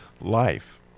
life